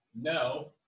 no